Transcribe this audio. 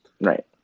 Right